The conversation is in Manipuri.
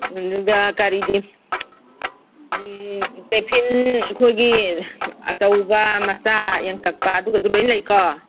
ꯑꯗꯨꯒ ꯀꯔꯤꯗꯤ ꯇꯦꯐꯤꯟ ꯑꯩꯈꯣꯏꯒꯤ ꯑꯆꯧꯕ ꯃꯆꯥ ꯌꯥꯡꯇꯛꯄ ꯑꯗꯨꯒꯨꯝꯕꯗꯣ ꯂꯣꯏ ꯂꯩꯀꯣ